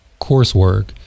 coursework